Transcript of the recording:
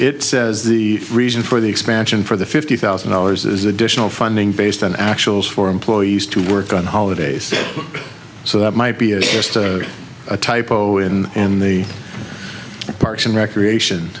it says the reason for the expansion for the fifty thousand dollars is additional funding based on actual for employees to work on holidays so that might be a typo in in the parks and recreation